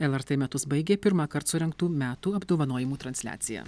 lrt metus baigė pirmąkart surengtų metų apdovanojimų transliacija